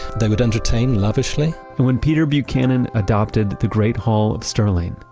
they would entertain lavishly and when peter buchanan adopted the great hall of stirling,